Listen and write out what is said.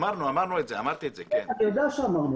אני יודע.